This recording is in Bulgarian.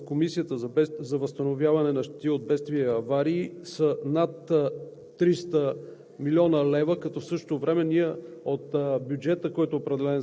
Отново искам да кажа, че исканията, които постъпват в Комисията за възстановяване на щети от бедствия и аварии, са над 300 млн.